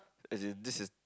as in this is